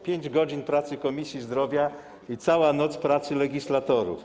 5 godzin pracy Komisji Zdrowia i cała noc pracy legislatorów.